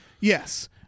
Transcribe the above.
Yes